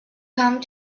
come